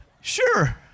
Sure